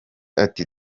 ati